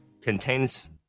contains